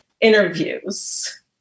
interviews